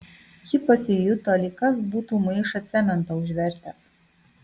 ji pasijuto lyg kas būtų maišą cemento užvertęs